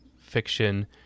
fiction